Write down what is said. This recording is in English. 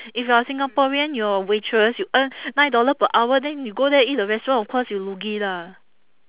if you are singaporean you're a waitress you earn nine dollar per hour then you go there eat the restaurant of course you lugi lah